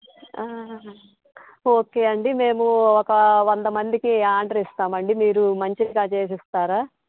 okay అండి మేము ఒక వంద మందికి ఆర్డర్ ఇస్తామండి మీరు మంచిదిగా చేసిస్తారా